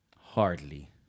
Hardly